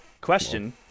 Question